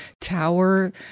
tower